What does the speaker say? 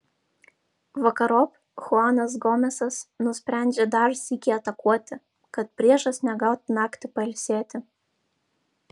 vakarop chuanas gomesas nusprendžia dar sykį atakuoti kad priešas negautų naktį pailsėti